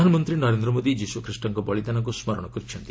ପ୍ରଧାନମନ୍ତ୍ରୀ ନରେନ୍ଦ୍ର ମୋଦି ଯୀଶୁଖ୍ରୀଷ୍ଟଙ୍କ ବଳିଦାନକୁ ସ୍କରଣ କରିଛନ୍ତି